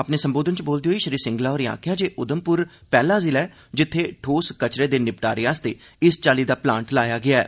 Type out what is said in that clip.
अपने संबोधन च बोलदे होई श्री सिंगला होरें आक्खेआ जे उधमपुर पैहला जिला ऐ जित्थे ठोस कचरे दे निपटारे आस्तै इस चाल्ली दा प्लांट लाया गेया ऐ